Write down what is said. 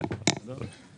בסדר גמור.